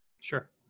sure